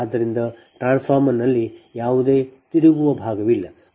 ಆದ್ದರಿಂದ ಟ್ರಾನ್ಸ್ಫಾರ್ಮರ್ನ ಲ್ಲಿ ಯಾವುದೇ ತಿರುಗುವ ಭಾಗವಿಲ್ಲ